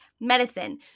medicine